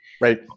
Right